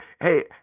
hey